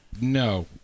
no